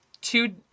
two